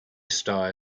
star